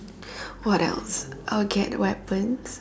what else I'll get weapons